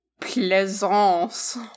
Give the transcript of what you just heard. Plaisance